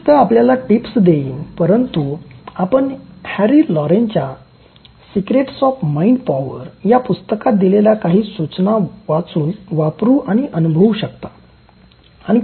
मी फक्त आपल्याला टिप्स देईन परंतु आपण हॅरी लोरेनच्या सिक्रेट्स ऑफ माइंड पॉवर या पुस्तकात दिलेल्या काही सूचना वाचून वापरू आणि अनुभवू शकता